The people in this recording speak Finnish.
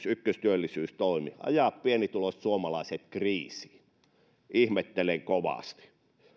ykköstyöllisyystoimenne ajaa pienituloiset suomalaiset kriisiin ihmettelen kovasti